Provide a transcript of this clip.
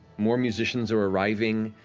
more musicians are arriving,